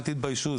אל תתביישו,